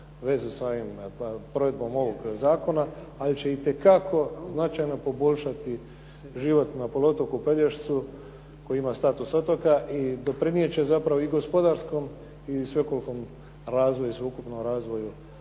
veze sa provedbom ovog zakona, ali će itekako značajno poboljšati život na poluotoku Pelješcu koji ima status otoka i doprinijet će zapravo i gospodarskom i svekoliko ukupnom